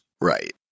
Right